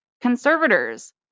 conservators